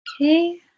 Okay